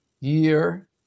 year